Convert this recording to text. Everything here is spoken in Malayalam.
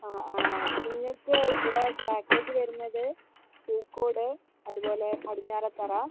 ആ ആ നിങ്ങൾക്ക് ഇവിടെ പാക്കേജ് വരുന്നത് പൂക്കോട് അതുപോലെ പടിഞ്ഞാറേത്തറ